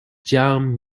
jiang